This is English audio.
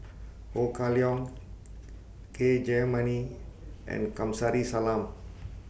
Ho Kah Leong K Jayamani and Kamsari Salam